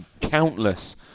countless